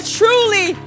truly